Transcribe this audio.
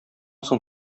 соң